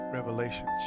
Revelation